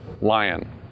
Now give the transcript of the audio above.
lion